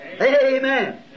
Amen